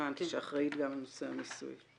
תציגי את עצמך.